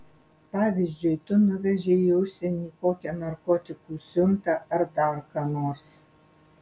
pavyzdžiui tu nuvežei į užsienį kokią narkotikų siuntą ar dar ką nors